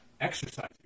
exercise